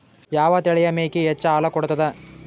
ಯಾವ ತಳಿಯ ಮೇಕಿ ಹೆಚ್ಚ ಹಾಲು ಕೊಡತದ?